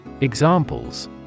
Examples